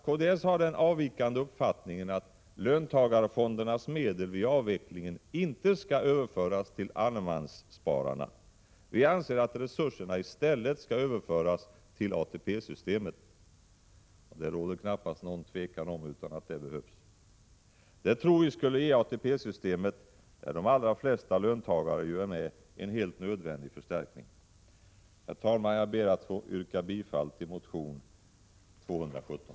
Kds har den avvikande uppfattningen att löntagarfondernas medel vid avvecklingen inte skall överföras till allemansspararna. Vi anser att resurserna i stället skall överföras till ATP-systemet — det råder knappast något tvivel om att det behövs. Det tror vi skulle ge ATP-systemet, där de allra flesta löntagare är med, en helt nödvändig förstärkning. Herr talman! Jag ber att få yrka bifall till motion 217.